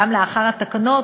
גם לאחר התקנות,